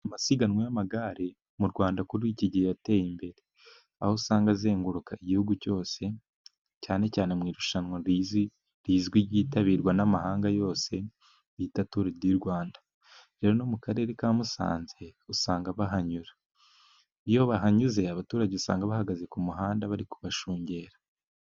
Amasiganwa y'amagare mu Rwanda, muri iki gihe yateye imbere. Aho usanga azenguruka igihugu cyose, cyane cyane mu irushanwa rizwi, ryitabirwa n'amahanga yose, bita tour du Rwanda. Rero no mu karere ka musanze usanga bahanyura. Iyo bahanyuze, abaturage usanga bahagaze ku muhanda, bari kubashungera.